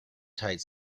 tight